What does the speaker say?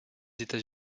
états